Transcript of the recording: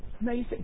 amazing